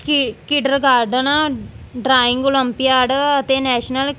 ਕਿ kindergarten drawing olympiad ਅਤੇ national